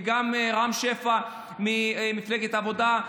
וגם לרם שפע ממפלגת העבודה,